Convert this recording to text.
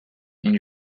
این